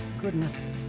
goodness